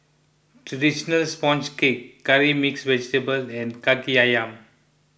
Traditional Sponge Cake Curry Mixed Vegetable and Kaki Ayam